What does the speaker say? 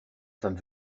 femme